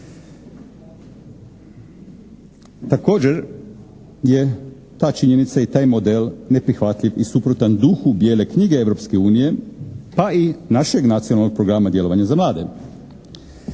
Također je ta činjenica i taj model neprihvatljiv i suprotan duhu Bijele knjige Europske unije pa i našeg Nacionalnog programa djelovanja za mlade.